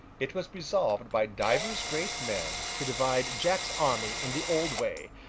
it was resolved by divers great men to divide jack's army in the old way,